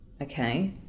Okay